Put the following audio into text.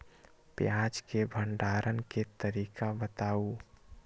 प्याज के भंडारण के तरीका बताऊ?